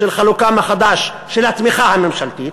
של חלוקה מחדש של התמיכה הממשלתית,